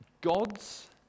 God's